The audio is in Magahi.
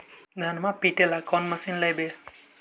धनमा पिटेला कौन मशीन लैबै?